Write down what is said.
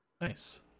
nice